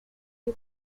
you